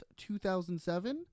2007